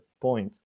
Point